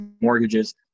mortgages